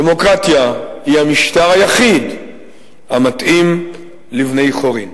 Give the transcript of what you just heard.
דמוקרטיה היא המשטר המתאים לבני-חורין.